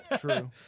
True